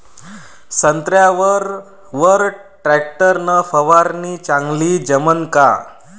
संत्र्यावर वर टॅक्टर न फवारनी चांगली जमन का?